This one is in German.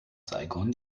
saigon